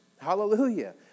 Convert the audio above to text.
hallelujah